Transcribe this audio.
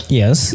yes